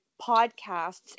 podcasts